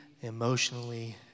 emotionally